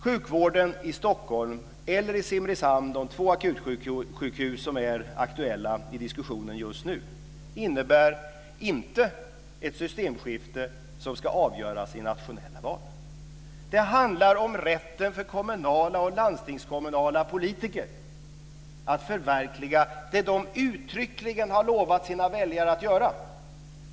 Sjukvården i Stockholm eller i Simrishamn - de två akutsjukhus som är aktuella i diskussionen just nu - innebär inte ett systemskifte som ska avgöras i nationella val. Det handlar om rätten för kommunala och landstingskommunala politiker att förverkliga det som de uttryckligen har lovat sina väljare att göra.